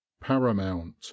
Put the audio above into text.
paramount